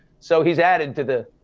so he's added to the,